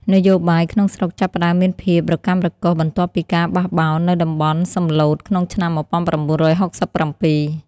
នយោបាយក្នុងស្រុកចាប់ផ្តើមមានភាពរកាំរកូសបន្ទាប់ពីការបះបោរនៅតំបន់សំឡូតក្នុងឆ្នាំ ១៩៦៧។